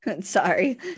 Sorry